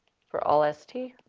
for all s t